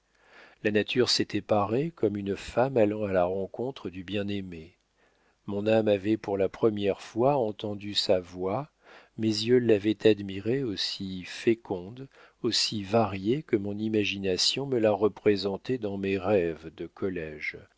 la nature s'était parée comme une femme allant à la rencontre du bien-aimé mon âme avait pour la première fois entendu sa voix mes yeux l'avaient admirée aussi féconde aussi variée que mon imagination me la représentait dans mes rêves de collége